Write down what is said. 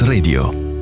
Radio